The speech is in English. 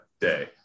Day